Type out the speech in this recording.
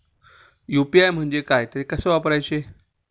UPI म्हणजे काय, ते कसे वापरायचे?